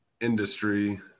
industry